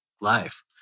life